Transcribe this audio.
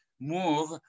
move